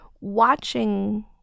watching